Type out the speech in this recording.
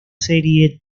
serie